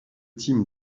tim